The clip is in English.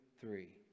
three